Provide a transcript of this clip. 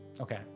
okay